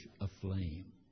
aflame